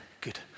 good